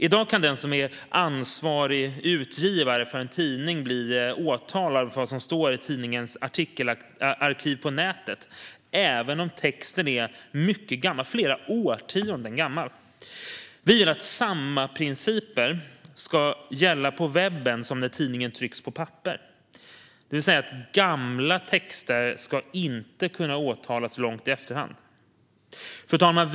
I dag kan den som är ansvarig utgivare för en tidning bli åtalad för vad som står i tidningens artikelarkiv på nätet även om texten är flera årtionden gammal. Vi vill att samma principer ska gälla på webben som när tidningen trycks på papper, det vill säga man ska inte kunna väcka åtal långt i efterhand. Fru talman!